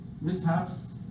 mishaps